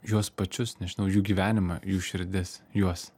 juos pačius nežinau jų gyvenimą jų širdis juos